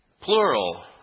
Plural